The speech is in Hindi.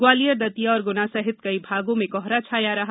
ग्वालियर दतिया और ग्ना सहित कई भागों में कोहरा छाया रहा